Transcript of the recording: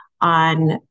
on